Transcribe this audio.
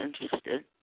interested